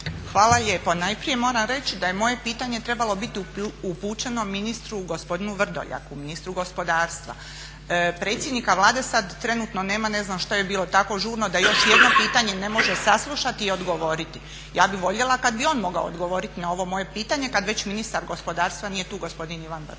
Hvala lijepo. Najprije moram reći da je moje pitanje trebalo biti upućeno ministru gospodinu Vrdoljaku, ministru gospodarstva. Predsjednika Vlade sad trenutno nema, ne znam što je bilo tako žurno da još jedno pitanje ne može saslušati i odgovoriti. Ja bi voljela kad bi on mogao odgovoriti na ovo moje pitanje kad već ministar gospodarstva nije tu, gospodin Ivan Vrdoljak.